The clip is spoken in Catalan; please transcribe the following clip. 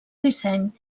disseny